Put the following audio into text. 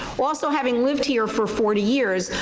also having lived here for forty years,